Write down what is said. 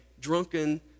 drunken